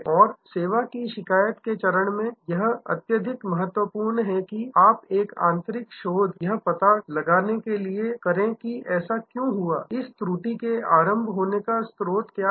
और सेवा की शिकायत के चरण में यह अत्यधिक महत्वपूर्ण है कि आप एक आंतरिक शोध यह पता लगाने के लिए करें कि ऐसा क्यों हुआ इस त्रुटि के आरंभ होने का स्रोत क्या था